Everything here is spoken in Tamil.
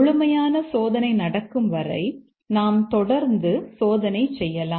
முழுமையான சோதனை நடக்கும் வரை நாம் தொடர்ந்து சோதனை செய்யலாம்